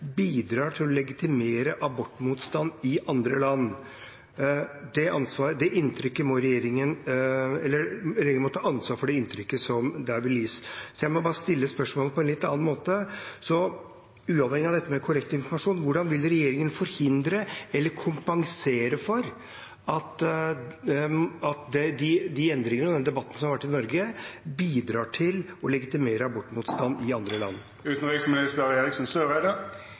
bidrar til å legitimere abortmotstand i andre land. Regjeringen må ta ansvar for det inntrykket som gis. Jeg må stille spørsmålet på en litt annen måte: Uavhengig av dette med korrekt informasjon – hvordan vil regjeringen forhindre eller kompensere for at de endringene og den debatten som har vært i Norge, bidrar til å legitimere abortmotstand i andre